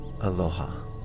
Aloha